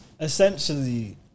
essentially